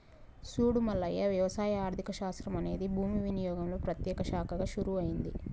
సూడు మల్లయ్య వ్యవసాయ ఆర్థిక శాస్త్రం అనేది భూమి వినియోగంలో ప్రత్యేక శాఖగా షురూ అయింది